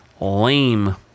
Lame